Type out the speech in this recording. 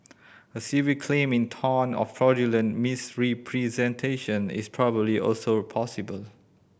a civil claim in tort of fraudulent misrepresentation is probably also possible